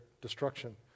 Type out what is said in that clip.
destruction